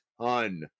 ton